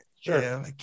Sure